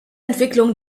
entwicklung